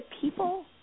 people